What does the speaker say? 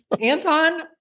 Anton